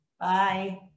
Bye